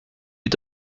est